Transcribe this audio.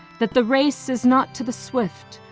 that the race is not to the swift,